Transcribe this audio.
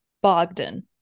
Bogdan